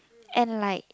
and like